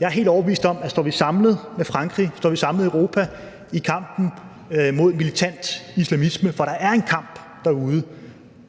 Jeg er helt overbevist om, at står vi samlet med Frankrig, står vi samlet i Europa i kampen mod militant islamisme – for der er en kamp derude,